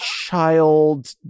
child